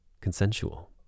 consensual